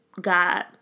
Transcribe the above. God